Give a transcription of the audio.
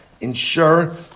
ensure